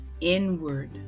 inward